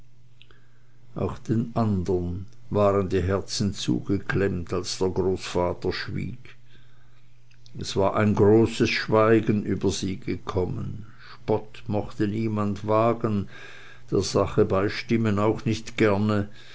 auch den andern waren die herzen zugeklemmt als der großvater schwieg es war ein großes schweigen über sie gekommen spott mochte niemand wagen der sache beistimmen auch nicht gerne